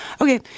Okay